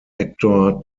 actor